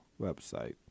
website